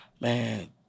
man